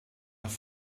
nach